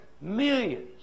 millions